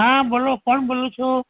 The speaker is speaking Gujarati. હા બોલો કોણ બોલો છો